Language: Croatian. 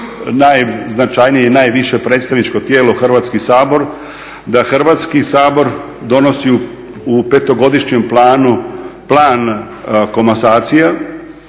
najznačajnije i najviše predstavničko tijelo Hrvatski sabor, da Hrvatski sabor donosi u 5-godišnjem planu plan komasacija,